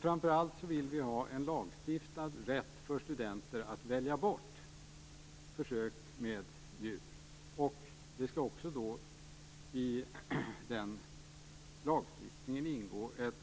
Framför allt vill vi ha en lagstiftad rätt för studenter att välja bort försök med djur. I den lagstiftningen skall det också ingå ett